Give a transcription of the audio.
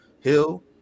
Hill